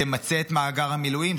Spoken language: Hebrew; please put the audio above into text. תמצה את מאגר המילואים,